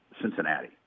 Cincinnati